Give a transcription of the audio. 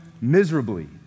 miserably